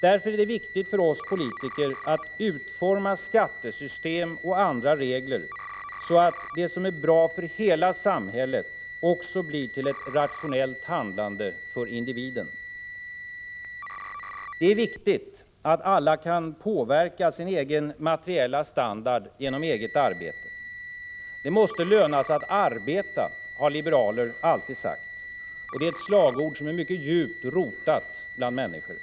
Därför är det viktigt för oss politiker att utforma skattesystem och andra regler så att det som är bra för hela samhället också blir till ett rationellt handlande för individen. Det är viktigt att alla kan påverka sin egen materiella standard genom eget arbete. Det måste löna sig att arbeta, har liberaler alltid hävdat. Det är ett slagord som är djupt rotat hos människor.